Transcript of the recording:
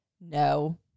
No